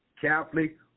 Catholic